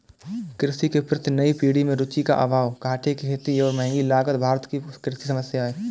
कृषि के प्रति नई पीढ़ी में रुचि का अभाव, घाटे की खेती और महँगी लागत भारत की कृषि समस्याए हैं